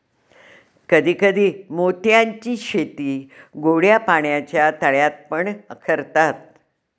कधी कधी मोत्यांची शेती गोड्या पाण्याच्या तळ्यात पण करतात